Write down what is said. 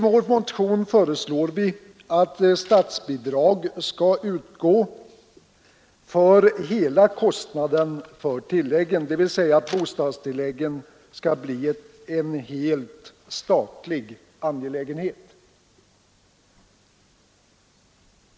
Vi föreslår att statsbidrag skall utgå för hela kostnaden för tilläggen, dvs. bostadstilläggen skall bli en helt statlig angelägenhet.